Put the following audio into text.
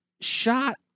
shot